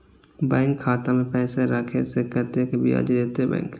Bank खाता में पैसा राखे से कतेक ब्याज देते बैंक?